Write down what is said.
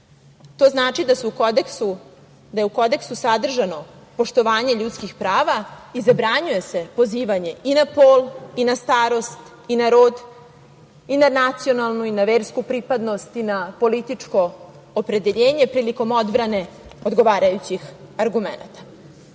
To znači da je u kodeksu sadržano poštovanje ljudskih prava i zabranjuje se pozivanje i na pol i na starost i na rod i na nacionalnu i versku pripadnost i na političko opredeljenje prilikom odbrane odgovarajućih argumenata